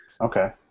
okay